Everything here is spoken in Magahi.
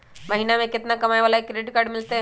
महीना में केतना कमाय वाला के क्रेडिट कार्ड मिलतै?